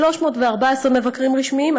314 מבקרים רשמיים,